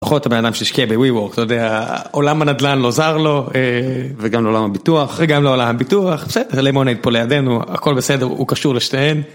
אחות הבן אדם שהשקיע בWeWork, אתה יודע, עולם הנדלן לא זר לו, וגם לא עולם הביטוח, וגם לא עולם הביטוח, בסדר למונייד פה לידינו, הכל בסדר, הוא קשור לשתיהם.